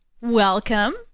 Welcome